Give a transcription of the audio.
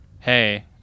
Hey